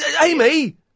Amy